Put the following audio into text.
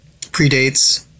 predates